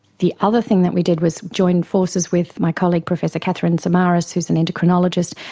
the other thing that we did was join forces with my colleague professor catherine samaris who's an endocrinologist,